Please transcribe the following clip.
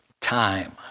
time